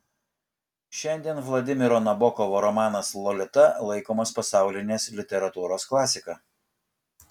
šiandien vladimiro nabokovo romanas lolita laikomas pasaulinės literatūros klasika